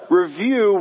review